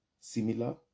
similar